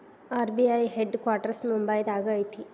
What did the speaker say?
RBI head quarters ಮುಂಬೈದಾಗ ಐತಿ